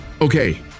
Okay